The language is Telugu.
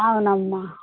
అవునమ్మా